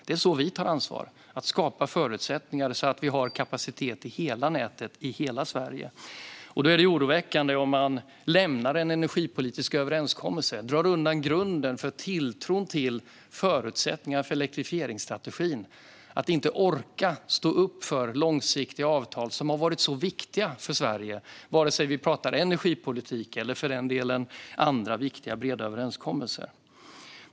Det är så vi tar ansvar, det vill säga genom att skapa förutsättningar så att det finns kapacitet i hela nätet i hela Sverige. Det är oroväckande om man lämnar en energipolitisk överenskommelse och drar undan grunden för tilltron till förutsättningar för elektrifieringsstrategin, att inte orka stå upp för långsiktiga avtal som har varit så viktiga för Sverige, vare sig vi pratar energipolitik eller för den delen andra viktiga breda överenskommelser.